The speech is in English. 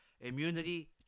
immunity